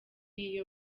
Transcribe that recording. y’iyo